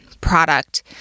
product